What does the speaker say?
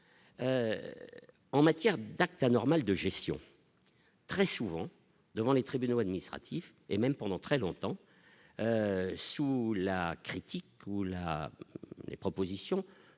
en matière d'acte anormal de gestion très souvent devant les tribunaux administratifs et même pendant très longtemps sous la critique ou la proposition